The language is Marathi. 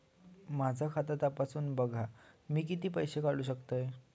माझा खाता तपासून बघा मी किती पैशे काढू शकतय?